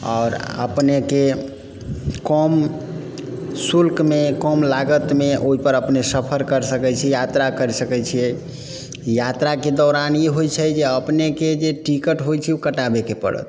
आओर अपनेके कम शुल्कमे कम लागतमे ओइपर अपने सफर करि सकै छी यात्रा करि सकै छियै यात्राके दौरान ई होइ छै जे अपने के जे टिकट होइ छै ओ कटाबैके पड़त